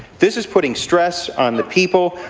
this is putting stress on the people.